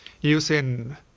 using